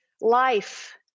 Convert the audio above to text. life